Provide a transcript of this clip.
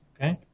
Okay